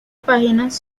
páginas